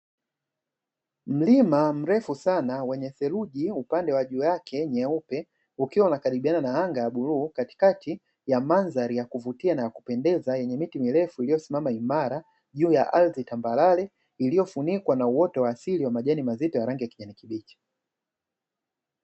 Mlimani mrefu sana, wenye theruji upande wa juu yake nyeupe, ukiwa unakaribiana na anga ya bluu, katikati ya mandhari ya kuvutia na ya kupendeza, yenye miti mirefu iliyosimama imara juu ya ardhi tambarare, iliyofunikwa na uoto wa asili wa majani mazito ya rangi ya kijani kibichi.